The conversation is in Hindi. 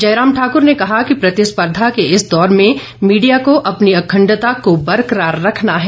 जयराम ठाकुर ने कहा कि प्रतिस्पर्धा के इस दौर में मीडिया को अपनी अखण्डता को बरकरार रखना है